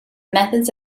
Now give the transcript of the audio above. methods